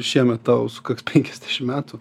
šiemet tau sukaks penkiasdešim metų